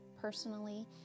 personally